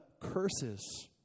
curses